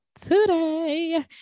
today